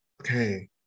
Okay